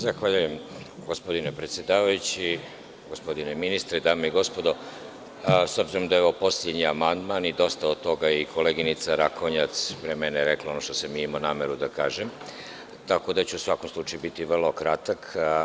Zahvaljujem gospodine predsedavajući, gospodine ministre, dame i gospodo, s obzirom da je ovo poslednji amandman i dosta je od toga i koleginica Rakonjac pre mene rekla što sam imao nameru da kažem, tako da ću u svakom slučaju biti vrlo kratak.